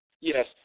Yes